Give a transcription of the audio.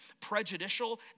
prejudicial